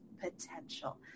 potential